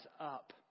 up